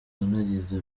nageze